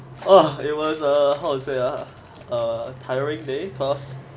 oh it was a how to say ah err tiring day cause